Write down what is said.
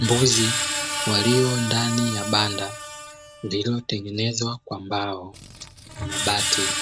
Mbuzi walio ndani ya banda lililotengenezwa kwa mbao na mabati,